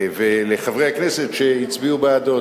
ולחברי הכנסת שהצביעו בעדו.